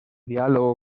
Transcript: diálogo